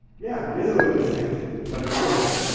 yeah, it is a little bit strange, but it worked,